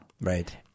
Right